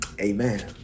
Amen